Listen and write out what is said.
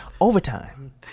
Overtime